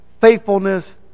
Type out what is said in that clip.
faithfulness